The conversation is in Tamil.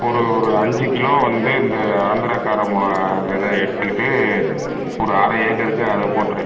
ஒரு ஒரு அஞ்சு கிலோ வந்து இந்த ஆந்திரா கார மிளகா வித எடுத்துக்கிட்டு ஒரு அரை ஏக்கருக்கு அதை போட்ரு